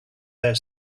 their